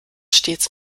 stets